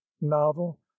novel